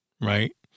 right